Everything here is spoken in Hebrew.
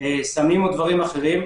סמים ודברים אחרים,